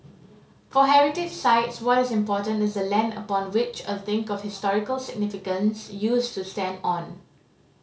for heritage sites what is important is the land upon which a thing of historical significance used to stand on